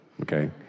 Okay